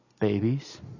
babies